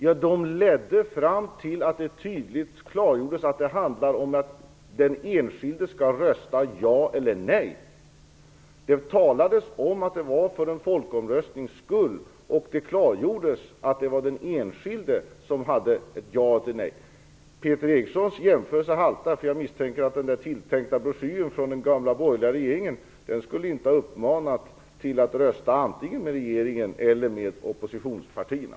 Ja, de ledde fram till att det tydligt klargjordes att det handlar om att den enskilde skall rösta ja eller nej. Det talades om att det var för en folkomröstnings skull, och det klargjordes att det var fråga om den enskildes ja eller nej. Peter Erikssons jämförelse haltar. Jag misstänker att den tilltänkta broschyren från den gamla borgerliga regeringen inte skulle ha uppmanat till att rösta antingen med regeringen eller med oppositionspartierna.